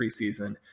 preseason